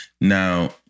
Now